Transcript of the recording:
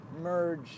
merge